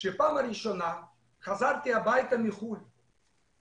כאשר פעם ראשונה חזרתי הביתה מחוץ לארץ.